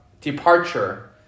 departure